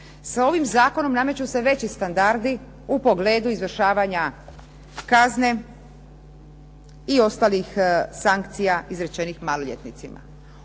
S ovim Zakonom nameću se veći standardi u pogledu izvršavanja kazne, i ostalih sankcija izrečenih maloljetnicima.